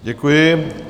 Děkuji.